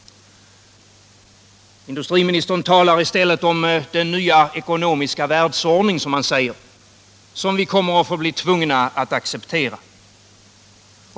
Industriministern talade i stället om ”den nya ekonomiska världsordning” som vi kommer att bli tvungna att acceptera.